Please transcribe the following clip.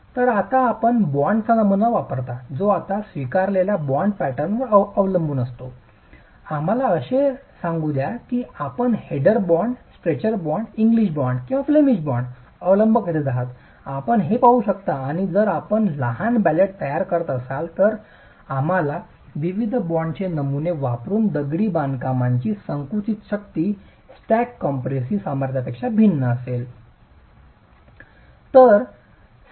तर आता आपण बाँडचा नमुना वापरता जो आता स्वीकारलेल्या बॉन्ड पॅटर्नवर अवलंबून असतो आम्हाला असे सांगू द्या की आपण हेडर बॉन्ड स्ट्रेचर बॉन्ड इंग्रजी बाँड किंवा फ्लेमिश बाँडचा अवलंब करीत आहात आपण हे करू शकता आणि जर आपण लहान बॉलेट तयार करत असाल तर आम्हाला विविध बाँडचे नमुने वापरुन दगडी बांधकामाची संकुचित शक्ती स्टॅक कॉम्पॅरेसी सामर्थ्यापेक्षा भिन्न असेल